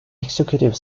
executive